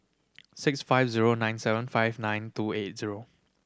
six five zero nine seven five nine two eight zero